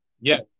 yes